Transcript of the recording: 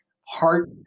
heart